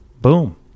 Boom